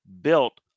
built